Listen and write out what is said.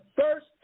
first